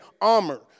armor